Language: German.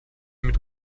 mit